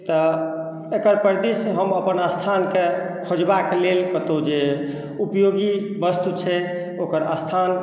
तऽ एकरपर दिश हम अपन स्थानकेँ खोजबाक लेल कतहु जे उपयोगी वस्तु छै ओकर स्थान